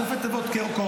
סופי תיבות "קרח",